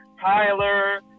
Tyler